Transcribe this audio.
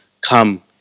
come